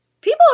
people